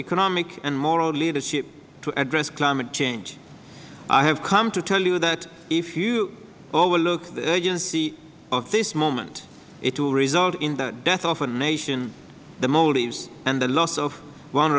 economic and moral leadership to address climate change i have come to tell you that if you overlook the urgency of this moment it will result in the death of a nation the maldives and the loss of